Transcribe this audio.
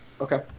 Okay